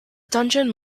dungeon